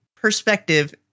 perspective